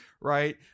Right